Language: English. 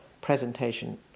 presentation